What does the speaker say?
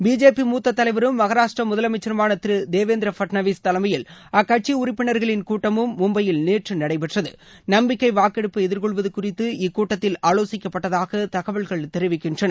BJP Maharashtra முத்த தலைவரும் முதலமைச்சருமான திரு தேவேந்திர பட்னாவிஸ் தலைமயில் அக்கட்சி உறுப்பினர்களின் கூட்டமும் மும்பையில் நேற்று நடைபெற்றது நம்பிக்கை வாக்கெடுப்பு எதிர்கொள்வது குறித்து இக்கூட்டத்தில் ஆலோசிக்கப்பட்டதாக தகவல்கள் தெரிவிக்கின்றன